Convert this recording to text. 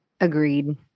Agreed